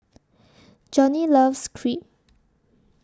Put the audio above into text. Johnny loves Crepe